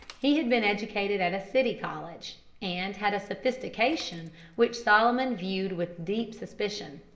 he had been educated at a city college, and had a sophistication which solomon viewed with deep suspicion.